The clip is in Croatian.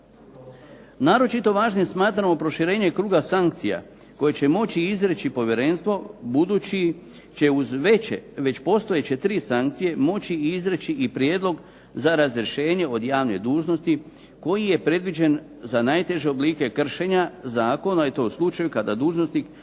Naročito važnim smatramo proširenje kruga sankcija koje će moći izreći povjerenstvo budući će uz već postojeće tri sankcije moći izreći i prijedlog za razrješenje od javnih dužnosti koji je predviđen za najteže oblike kršenja zakona i to u slučaju kada dužnosnik